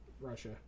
Russia